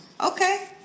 Okay